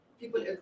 people